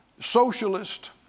socialist